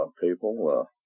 people